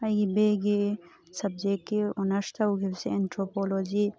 ꯑꯩꯒꯤ ꯕꯤ ꯑꯦꯒꯤ ꯁꯕꯖꯦꯛꯀꯤ ꯑꯣꯅꯔꯁ ꯇꯧꯈꯤꯕꯁꯤ ꯑꯦꯟꯊ꯭ꯔꯣꯄꯣꯂꯣꯖꯤ